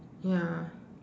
ya